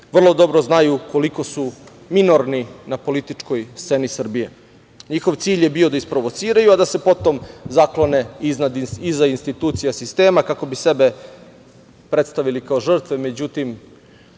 vrlo dobro znaju koliko su minorni na političkoj sceni Srbije. Njihov cilj je bio da isprovociraju, a da se potom zaklone iza institucija sistema, kako bi se predstavili kao žrtve, međutim,